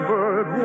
Bird